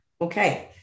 Okay